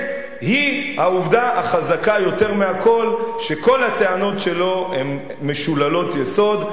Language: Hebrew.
היא העובדה החזקה יותר מכול שכל הטענות שלו הן משוללות יסוד.